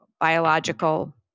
biological